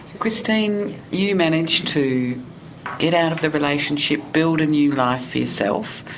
christine, you managed to get out of the relationship, build a new life for yourself.